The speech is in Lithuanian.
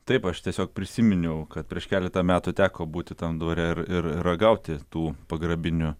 taip aš tiesiog prisiminiau kad prieš keletą metų teko būti tam dvare ir ir ragauti tų pagrabinių